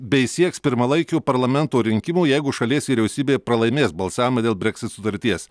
bei sieks pirmalaikių parlamento rinkimų jeigu šalies vyriausybė pralaimės balsavimą dėl breksit sutarties